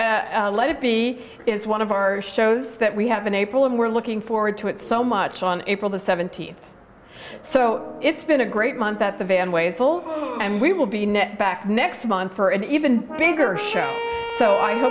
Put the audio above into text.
let it be is one of our shows that we have in april and we're looking forward to it so much on april the seventeenth so it's been a great month that the van ways will and we will be net back next month for an even bigger show so i